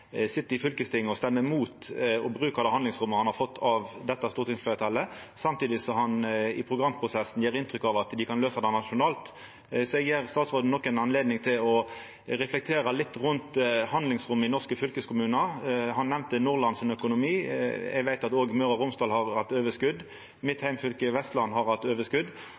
sit i fylkestinget og stemmar imot å bruka det handlingsrommet han har fått av dette stortingsfleirtalet, samtidig som han i programprosessen gjev inntrykk av at dei kan løysa det nasjonalt. Eg gjev statsråden nok ei anledning til å reflektera litt rundt handlingsrommet i norske fylkeskommunar. Han nemnde Nordlands økonomi. Eg veit at òg Møre og Romsdal har hatt overskot. Mitt heimfylke Vestland har hatt